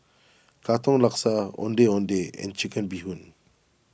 Katong Laksa Ondeh Ondeh and Chicken Bee Hoon